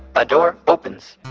a door opens.